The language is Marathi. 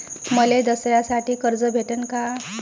मले दसऱ्यासाठी कर्ज भेटन का?